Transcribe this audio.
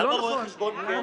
למה רואי חשבון כן?